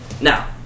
Now